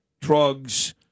drugs